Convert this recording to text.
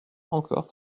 encore